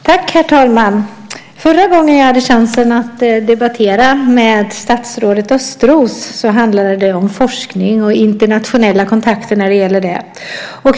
Herr talman! Förra gången jag hade chansen att debattera med statsrådet Östros handlade det om forskning och om internationella kontakter i det avseendet.